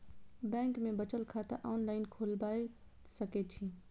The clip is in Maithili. बैंक में बचत खाता ऑनलाईन खोलबाए सके छी?